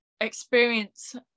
experience